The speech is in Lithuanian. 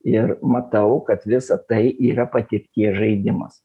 ir matau kad visa tai yra patirties žaidimas